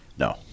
No